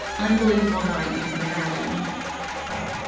unbelievable night you could imagine wow.